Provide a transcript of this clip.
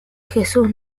jesús